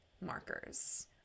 markers